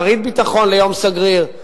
כרית ביטחון ליום סגריר,